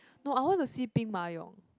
no I want to see